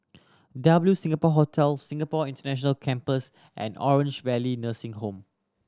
W Singapore Hotel Singapore International Campus and Orange Valley Nursing Home